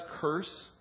curse